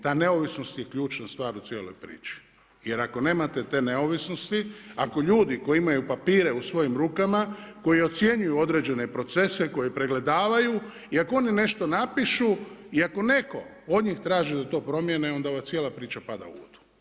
Ta neovisnost je ključa stvar u cijeloj priči jer ako nemate te neovisnosti, ako ljudi koji imaju papire u svojim rukama, koji ocjenjuju određene procese, koji pregledavaju i ako oni nešto napišu i ako neko od njih traži da to promijene onda ova cijela priča pada u vodu.